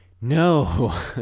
No